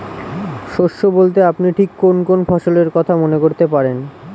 শস্য বলতে আপনি ঠিক কোন কোন ফসলের কথা মনে করতে পারেন?